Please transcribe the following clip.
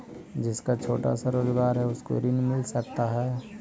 जिसका छोटा सा रोजगार है उसको ऋण मिल सकता है?